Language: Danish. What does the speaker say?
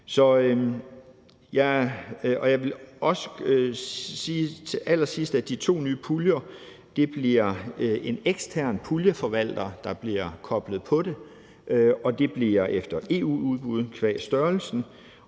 Jeg vil også sige til allersidst, at det bliver en ekstern puljeforvalter, der bliver koblet på de to nye puljer, og det bliver efter EU-udbud qua størrelsen,